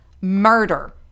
murder